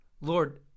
Lord